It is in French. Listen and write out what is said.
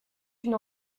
une